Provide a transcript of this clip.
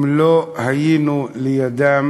אם לא היינו לידם